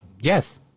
Yes